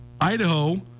Idaho